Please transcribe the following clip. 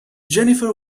jennifer